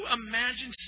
imagine